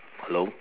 hello